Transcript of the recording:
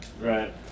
Right